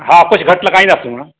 हा कुझु घटि लॻाईंदासूंव